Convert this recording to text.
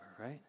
right